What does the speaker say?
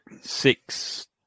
six